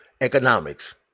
economics